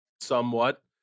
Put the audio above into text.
somewhat